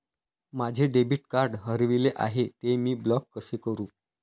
माझे debit card हरविले आहे, ते मी ब्लॉक कसे करु?